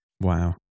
Wow